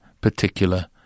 particular